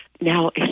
now